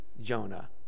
Jonah